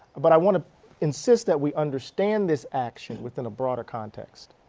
but i want to insist that we understand this action within a broader context.